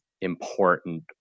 important